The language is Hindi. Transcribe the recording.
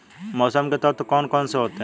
मौसम के तत्व कौन कौन से होते हैं?